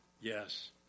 Yes